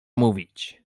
mówić